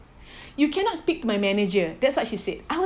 you cannot speak to my manager that's what she said I was